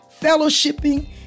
fellowshipping